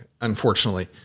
unfortunately